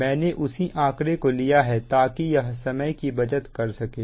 मैंने उसी आंकड़ा को लिया है ताकि यह समय की बचत कर सकें